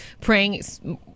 praying